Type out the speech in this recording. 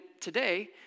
today